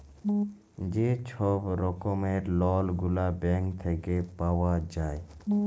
যে ছব রকমের লল গুলা ব্যাংক থ্যাইকে পাউয়া যায়